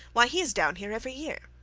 why, he is down here every year.